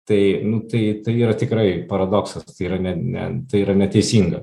tai nu tai tai yra tikrai paradoksas yra ne ne tai yra neteisinga